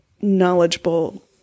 knowledgeable